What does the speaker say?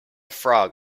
frog